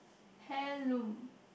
heirloom